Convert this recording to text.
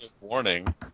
Warning